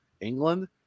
England